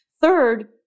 Third